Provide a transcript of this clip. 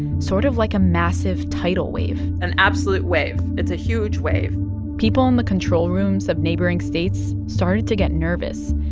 sort of like a massive tidal wave an absolute wave. it's a huge wave people in the control rooms of neighboring states started to get nervous.